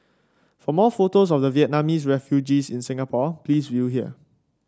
for more photos of the Vietnamese refugees in Singapore please view here